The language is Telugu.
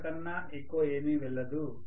అంతకన్నా ఎక్కువ ఏమీ వెళ్లదు